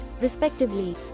respectively